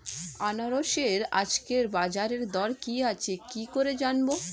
আনারসের আজকের বাজার দর কি আছে কি করে জানবো?